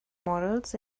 models